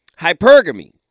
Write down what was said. Hypergamy